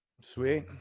Sweet